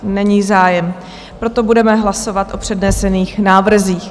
Není zájem, proto budeme hlasovat o přednesených návrzích.